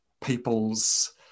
people's